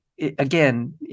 again